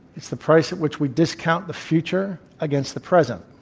it's the price at which we discount the future against the present,